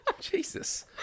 Jesus